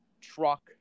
truck